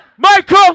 Michael